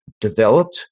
developed